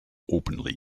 openly